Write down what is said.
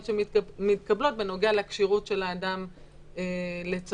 שמתקבלות בנוגע לכשירות של האדם לְצַוּוֹת.